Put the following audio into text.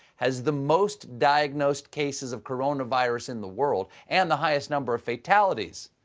has the most diagnosed cases of coronavirus in the world and the highest number of fatalities.